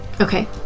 Okay